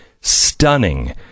Stunning